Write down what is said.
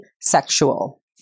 sexual